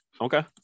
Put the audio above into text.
Okay